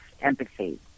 empathy